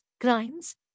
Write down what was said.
crimes